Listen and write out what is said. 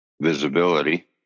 visibility